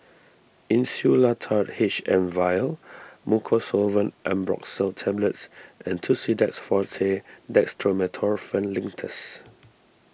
Insulatard H M Vial Mucosolvan Ambroxol Tablets and Tussidex forte Dextromethorphan Linctus